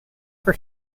for